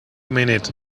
minute